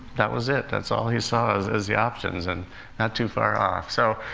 that was it. that's all he saw as as the options. and not too far off. so,